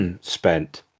spent